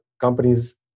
companies